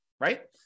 right